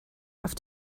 have